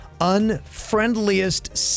unfriendliest